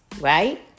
right